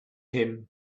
him